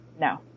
No